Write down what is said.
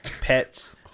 pets